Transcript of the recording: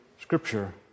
scripture